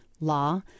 law